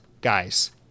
guys